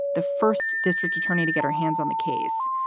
the first district attorney, to get her hands on the case.